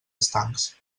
estancs